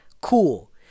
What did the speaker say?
Cool